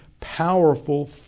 powerful